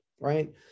right